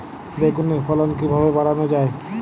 বেগুনের ফলন কিভাবে বাড়ানো যায়?